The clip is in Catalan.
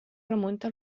remunta